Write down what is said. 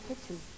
kitchen